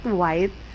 white